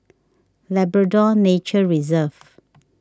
Labrador Nature Reserve